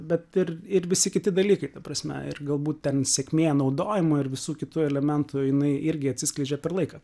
bet ir ir visi kiti dalykai ta prasme ir galbūt ten sėkmė naudojimo ir visų kitų elementų jinai irgi atsiskleidžia per laiką